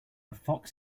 fox